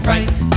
Right